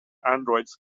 androids